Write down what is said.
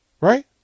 Right